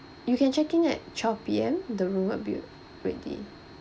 you can check in at twelve P_M the room will be ready